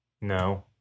No